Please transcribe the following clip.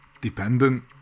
Dependent